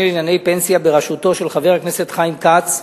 לענייני פנסיה בראשותו של חבר הכנסת חיים כץ,